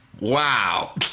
Wow